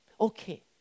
Okay